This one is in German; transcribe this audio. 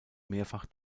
mehrfach